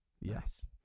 Yes